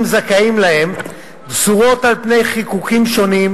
זכאים להן פזורות על פני חיקוקים שונים,